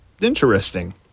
interesting